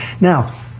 Now